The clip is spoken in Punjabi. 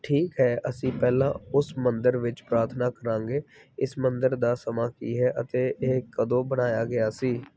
ਠੀਕ ਹੈ ਅਸੀਂ ਪਹਿਲਾਂ ਉਸ ਮੰਦਰ ਵਿੱਚ ਪ੍ਰਾਰਥਨਾ ਕਰਾਂਗੇ ਇਸ ਮੰਦਰ ਦਾ ਸਮਾਂ ਕੀ ਹੈ ਅਤੇ ਇਹ ਕਦੋਂ ਬਣਾਇਆ ਗਿਆ ਸੀ